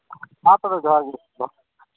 ᱢᱟ ᱛᱚᱵᱮ ᱡᱚᱦᱟᱨ ᱜᱮ ᱫᱚᱦᱚᱭ ᱢᱮ